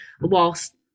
whilst